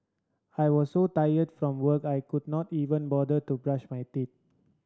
I was so tired from work I could not even bother to brush my teeth